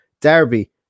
Derby